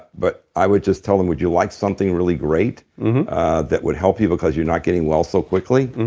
but i would just tell them, would you like something really great that would help you, because you're not getting well so quickly?